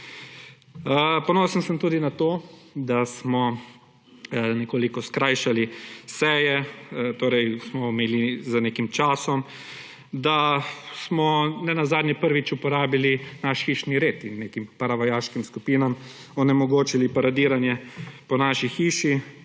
Ponosen sem tudi na to, da smo nekoliko skrajšali seje, smo jih omejili z nekim časom, da smo nenazadnje prvič uporabili naš hišni red in nekim paravojaškim skupinam onemogočili paradiranje po naši hiši.